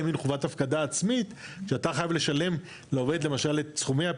חובת הפקדה עצמית שאתה חייב לשלם לעובד את סכומי הפנסיה,